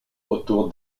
autour